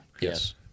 Yes